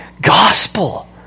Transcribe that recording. gospel